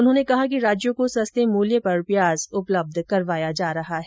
उन्होने कहा कि राज्यों को सस्ते मूल्य पर प्याज उपलब्ध करवाया जा रहा है